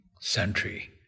century